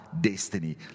destiny